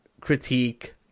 critique